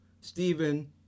Stephen